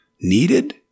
needed